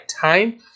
time